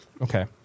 Okay